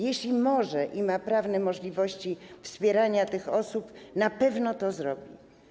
Jeśli może i ma prawne możliwości wspierania tych osób, na pewno to zrobi.